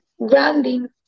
grounding